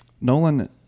Nolan